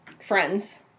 Friends